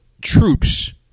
troops